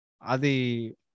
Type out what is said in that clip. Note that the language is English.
Adi